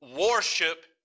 worship